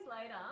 later